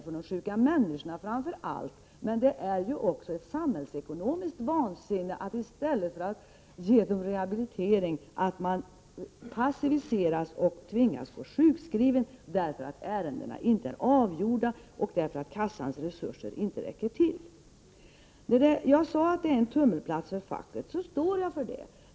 Det gäller framför allt de sjuka människorna, men det är också samhällsekonomiskt vansinne att i stället för att ge dessa människor rehabilitering passivisera dem och tvinga dem gå sjukskrivna, därför att ärendena inte är avgjorda och kassans resurser inte räcker till. Jag sade att detta var en tummelplats för facket, och jag står för det.